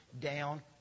down